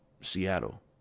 Seattle